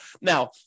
Now